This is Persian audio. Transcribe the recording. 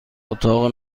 اتاق